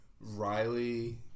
Riley